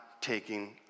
taking